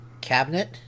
cabinet